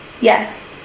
Yes